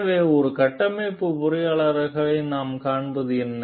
எனவே ஒரு கட்டமைப்பு பொறியாளராக நாம் காண்பது என்ன